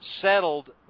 settled